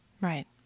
Right